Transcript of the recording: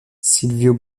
silvio